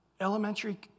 elementary